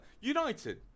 United